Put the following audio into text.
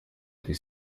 этой